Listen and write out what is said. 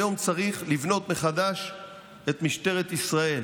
היום צריך לבנות מחדש את משטרת ישראל,